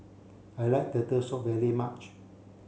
I like turtle soup very much